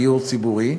דיור ציבורי.